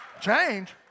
Change